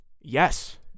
Yes